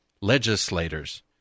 legislators